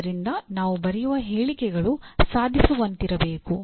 ಆದ್ದರಿಂದ ನಾವು ಬರೆಯುವ ಹೇಳಿಕೆಗಳು ಸಾಧಿಸುವಂತಿರಬೇಕು